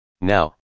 Now